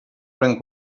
pren